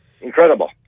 incredible